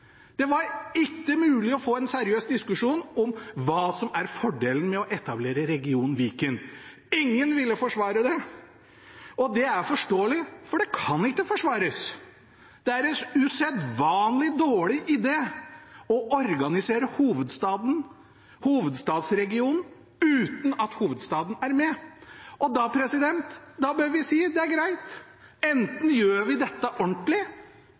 det bort. Det var ikke mulig å få en seriøs diskusjon om fordelen med å etablere regionen Viken. Ingen ville forsvare det, og det er forståelig, for det kan ikke forsvares. Det er en usedvanlig dårlig idé å organisere hovedstadsregionen uten at hovedstaden er med! Og da bør vi si: Det er greit, enten gjør vi dette ordentlig,